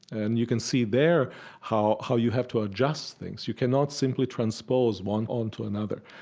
and you can see there how how you have to adjust things. you cannot simply transpose one onto another.